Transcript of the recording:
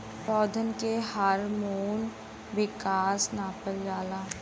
पौधन के हार्मोन विकास नापल जाला